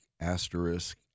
asterisk